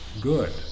good